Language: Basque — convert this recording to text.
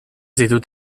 ditut